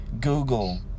Google